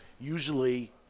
Usually